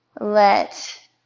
Let